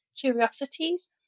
curiosities